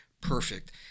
Perfect